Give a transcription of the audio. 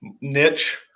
niche